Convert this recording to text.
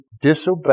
disobey